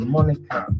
Monica